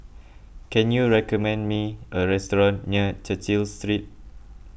can you recommend me a restaurant near Cecil Street